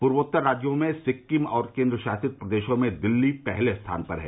पूर्वोत्तर राज्यों में सिक्किम और केन्द्र शासित प्रदेशों में दिल्ली पहले स्थान पर हैं